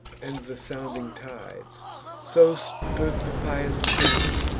and the sounding tides so stood the pious prince,